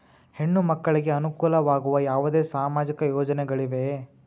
ಹೆಣ್ಣು ಮಕ್ಕಳಿಗೆ ಅನುಕೂಲವಾಗುವ ಯಾವುದೇ ಸಾಮಾಜಿಕ ಯೋಜನೆಗಳಿವೆಯೇ?